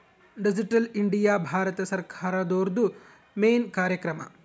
digital India Bharat ಸರ್ಕಾರ್ದೊರ್ದು main ಕಾರ್ಯಕ್ರಮ